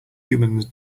humans